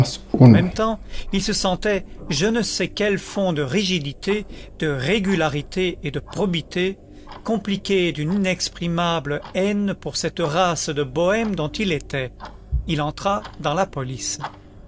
en même temps il se sentait je ne sais quel fond de rigidité de régularité et de probité compliqué d'une inexprimable haine pour cette race de bohèmes dont il était il entra dans la police